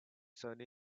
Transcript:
son